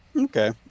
Okay